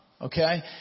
Okay